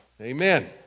Amen